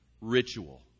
ritual